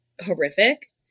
horrific